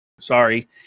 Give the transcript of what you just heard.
Sorry